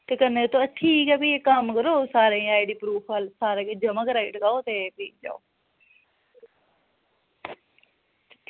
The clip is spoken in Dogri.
ते कन्नै ठीक ऐ फ्ही इक कम्म करो सारें दी आई डी प्रूफ सारा किश ज'मा कराई टकाओ ते फ्ही जाओ